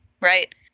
right